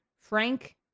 Frank